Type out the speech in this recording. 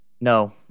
No